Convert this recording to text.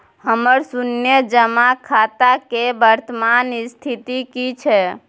हमर शुन्य जमा खाता के वर्तमान स्थिति की छै?